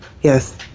yes